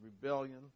rebellion